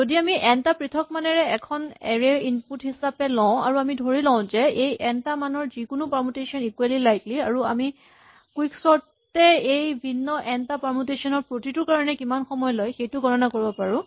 যদি আমি এন টা পৃথক মানেৰে এখন এৰে ইনপুট হিচাপে লওঁ আৰু আমি ধৰি ল'ব পাৰো যে এই এন টা মানৰ যিকোনো পাৰমুটেচন ইকুৱেলী লাইকলী আৰু আমি কুইকচৰ্ট এ এই ভিন্ন এন টা পাৰমুটেচন ৰ প্ৰতিটোৰ কাৰণে কিমান সময় লয় সেইটো গণনা কৰিব পাৰো